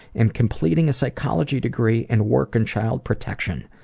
and completing a psychology degree and work in child protection.